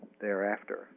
thereafter